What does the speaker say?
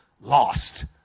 lost